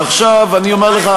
מתי היא תוגש?